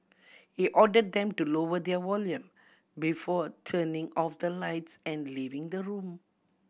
he ordered them to lower their volume before turning off the lights and leaving the room